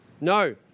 No